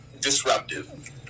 disruptive